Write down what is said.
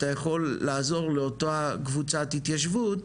אתה יכול לעזור לאותה קבוצת התיישבות